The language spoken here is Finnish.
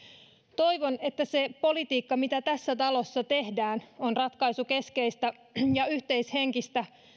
toivon että se politiikka mitä tässä talossa tehdään on ratkaisukeskeistä ja yhteishenkistä